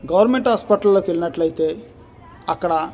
government హాస్పిటల్లోకి వెళ్ళినట్లయితే అక్కడ